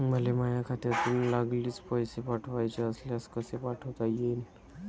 मले माह्या खात्यातून लागलीच पैसे पाठवाचे असल्यास कसे पाठोता यीन?